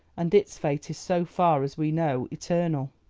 and its fate is so far as we know eternal.